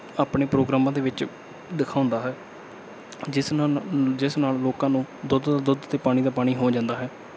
ਆਪਣੇ ਪ੍ਰੋਗਰਾਮਾਂ ਦੇ ਵਿੱਚ ਦਿਖਾਉਂਦਾ ਹੈ ਜਿਸ ਨਾਨਾ ਜਿਸ ਨਾਲ ਲੋਕਾਂ ਨੂੰ ਦੁੱਧ ਦਾ ਦੁੱਧ ਅਤੇ ਪਾਣੀ ਦਾ ਪਾਣੀ ਹੋ ਜਾਂਦਾ ਹੈ